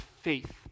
faith